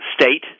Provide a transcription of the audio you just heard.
state